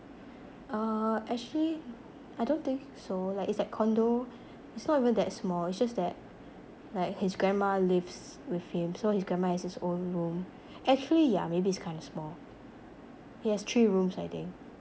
uh actually I don't think so like it's like condo it's not even that small it's just that like his grandma lives with him so his grandma has his own room actually yeah maybe it's kinda small he has three rooms I think